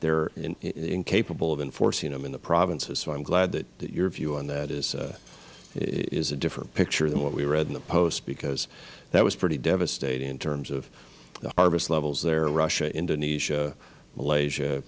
they're incapable of enforcing them in the provinces so i'm glad that your view on that is a different picture than what we read in the post because that was pretty devastating in terms of the harvest levels there russia indonesia